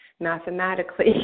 mathematically